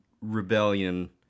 rebellion